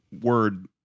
word